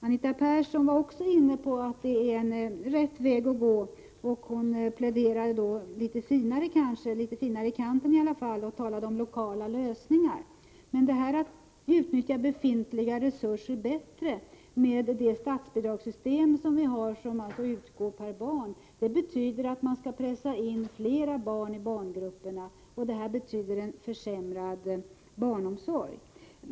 Anita Persson var inne på att det är rätt väg att gå, när hon litet finare pläderade för propositionens förslag. Hon var i varje fall litet finare i kanten och talade om lokala lösningar. Att utnyttja befintliga resurser bättre betyder med det statsbidragssystem som vi har och som utgår per barn, att man skall pressa in fler barn i barngrupperna, vilket innebär en försämrad barnomsorg.